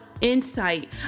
insight